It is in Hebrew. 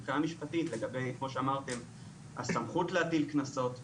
מבחינה משפטית לגבי הסמכות להטיל קנסות וכולי.